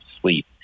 sleep